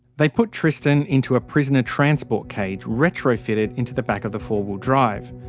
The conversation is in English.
they put tristan into a prisoner transport cage retrofitted into the back of the four-wheel drive.